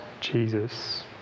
Jesus